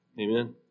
Amen